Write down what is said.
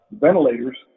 ventilators